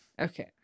Okay